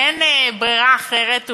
באין ברירה אחרת,